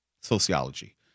sociology